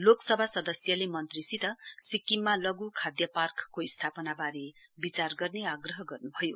लोकसभा खदस्यले मन्त्रीसित सिक्किममा लघु खाध पार्कको स्थापनावारे विचार गर्ने आग्रह गर्नुभयो